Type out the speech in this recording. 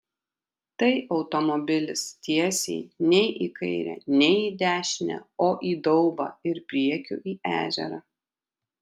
tai automobilis tiesiai nei į kairę nei į dešinę o į daubą ir priekiu į ežerą